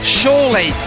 surely